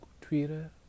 Twitter